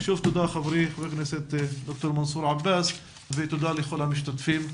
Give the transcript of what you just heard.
תודה חברי חבר הכנסת דוקטור מנסור עבאס ותודה לכל המשתתפים.